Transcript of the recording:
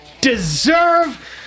deserve